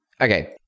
okay